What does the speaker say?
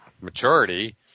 maturity